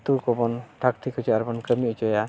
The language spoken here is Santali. ᱟᱹᱛᱩᱠᱚᱵᱚᱱ ᱴᱷᱟᱠ ᱴᱷᱤᱠ ᱚᱪᱚᱭᱟ ᱟᱨᱵᱚᱱ ᱠᱟᱹᱢᱤ ᱪᱚᱭᱟ